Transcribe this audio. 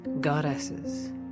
goddesses